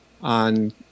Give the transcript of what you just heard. on